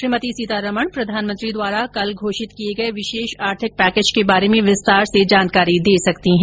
श्रीमती सीतारमण प्रधानमंत्री द्वारा कल घोषित किये गये विशेष आर्थिक पैकेज के बारे में विस्तार से जानकारी दे सकती है